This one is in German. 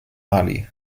mali